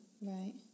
Right